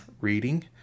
reading